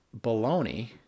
baloney